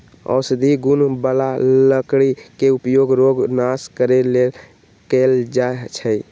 औषधि गुण बला लकड़ी के उपयोग रोग नाश करे लेल कएल जाइ छइ